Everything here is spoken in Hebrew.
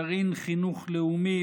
גרעין חינוך לאומי,